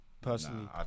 personally